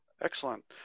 Excellent